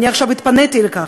אני עכשיו התפניתי לכך,